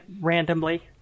randomly